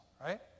right